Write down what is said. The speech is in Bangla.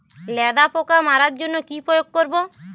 লেদা পোকা মারার জন্য কি প্রয়োগ করব?